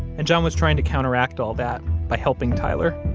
and john was trying to counteract all that by helping tyler.